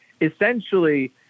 essentially